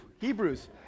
Hebrews